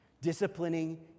disciplining